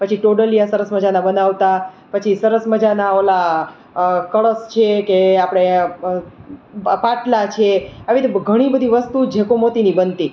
પછી ટોડલિયા સરસ મજાના બનાવતા પછી સરસ મજાના ઓલા કળશ છે કે એ આપણે પાટલા છે આવી તે ઘણીબધી વસ્તુ જેકો મોતીની બનતી